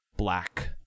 Black